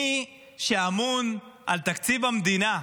מי שאמון על תקציב המדינה,